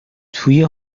توی